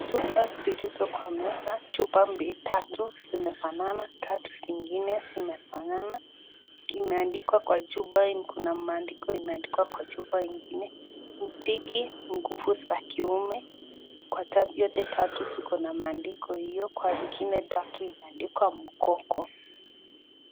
Chupa zilizopangwa kwa meza, chupa mbili tatu zimefanana, tatu zingine zimefanana. Imeandikwa kwa chupa, kuna maandiko yameandikwa kwa chupa ingine, mtiki nguvu za kiume. Kwa tatu zote tatu ziko na maandiko hiyo, kwa ingine tatu imeandikwa mkoko.